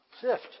Sift